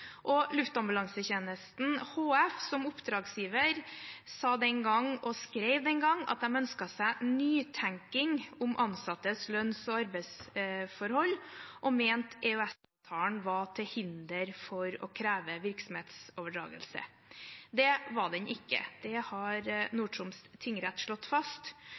Luftambulansetjenesten HF som oppdragsgiver skrev den gang at de ønsket seg nytenking om ansattes lønns- og arbeidsforhold, og mente EØS-avtalen var til hinder for å kreve virksomhetsoverdragelse. Det var den ikke. Det har Nord-Troms tingrett slått fast.